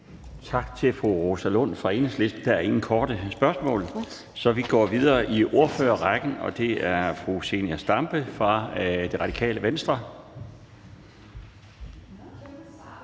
Tak til fru Rosa Lund fra Enhedslisten. Der er ingen korte bemærkninger, og så går vi videre i ordførerrækken, og det er nu fru Zenia Stampe fra Radikale Venstre.